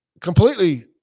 Completely